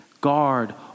guard